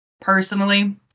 personally